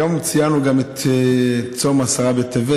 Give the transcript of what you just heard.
היום ציינו גם את צום עשרה בטבת,